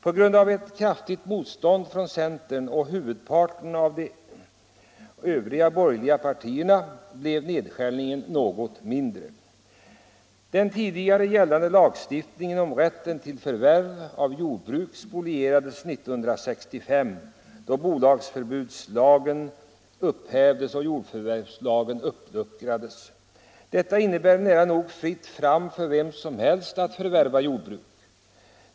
På grund av ett kraftigt motstånd från centern och huvudparten av de övriga borgerliga partierna blev nedskärningen något mindre än som föreslagits. Den tidigare gällande lagstiftningen om rätten till förvärv av jordbruk spolierades 1965, då bolagsförbudslagen upphävdes och jordförvärvslagen uppluckrades. Detta innebar nära nog fritt fram för vem som helst att förvärva jordbruk.